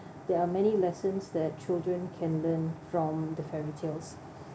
there are many lessons that children can learn from the fairy tales